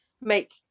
make